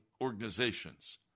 organizations